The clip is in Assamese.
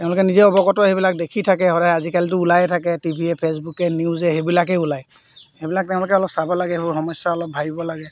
তেওঁলোকে নিজে অৱগত সেইবিলাক দেখি থাকে সদায় আজিকালিতো ওলাই থাকে টিভি য়ে ফে'চবুকে নিউজে সেইবিলাকেই ওলায় সেইবিলাক তেওঁলোকে অলপ চাব লাগে সেইবোৰ সমস্যা অলপ ভাবিব লাগে